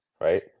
right